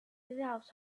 without